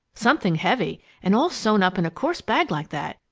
something heavy, and all sewed up in a coarse bag like that!